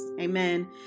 amen